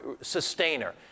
sustainer